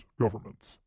governments